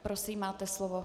Prosím, máte slovo.